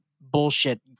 bullshit